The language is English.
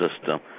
system